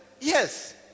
Yes